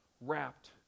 wrapped